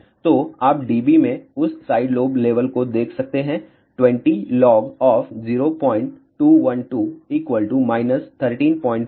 तो आप dB में उस साइड लोब लेवल को देख सकते हैं 20 log of 0212 135 dB